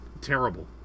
terrible